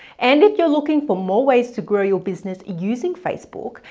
and if you're looking for more ways to grow your business using facebook,